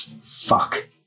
Fuck